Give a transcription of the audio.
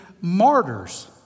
martyrs